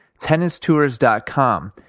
Tennistours.com